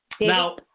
Now